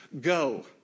go